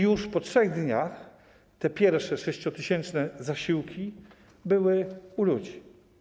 Już po 3 dniach te pierwsze, 6-tysięczne zasiłki były u ludzi.